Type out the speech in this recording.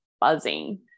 buzzing